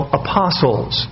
apostles